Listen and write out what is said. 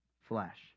flesh